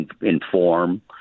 inform